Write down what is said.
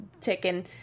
ticking